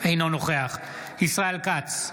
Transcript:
אינו נוכח ישראל כץ,